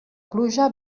pluja